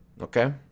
okay